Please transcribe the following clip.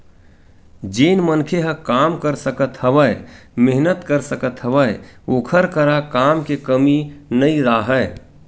जेन मनखे ह काम कर सकत हवय, मेहनत कर सकत हवय ओखर करा काम के कमी नइ राहय